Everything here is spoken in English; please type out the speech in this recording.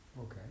okay